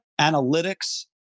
analytics